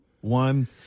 one